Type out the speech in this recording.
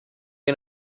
you